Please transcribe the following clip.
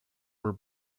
were